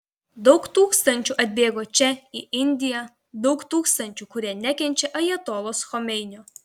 daug tūkstančių atbėgo čia į indiją daug tūkstančių kurie nekenčia ajatolos chomeinio